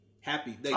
happy